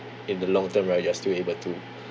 in the long term right you're still able to